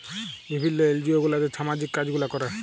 বিভিল্ল্য এলজিও গুলাতে ছামাজিক কাজ গুলা ক্যরে